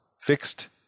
fixed